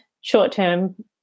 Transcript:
short-term